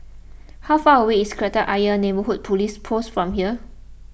how far away is Kreta Ayer Neighbourhood Police Post from here